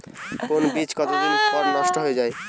কোন বীজ কতদিন পর নষ্ট হয়ে য়ায়?